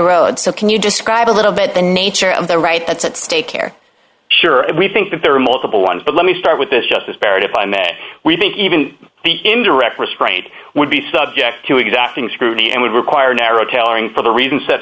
road so can you describe a little bit the nature of the right that's at stake here sure we think that there are multiple ones but let me start with this justice barrett if i may we think even the indirect risk rate would be subject to exacting scrutiny and would require a narrow tailoring for the reason set